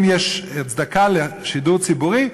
אם יש הצדקה לשידור ציבורי,